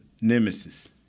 nemesis